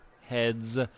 heads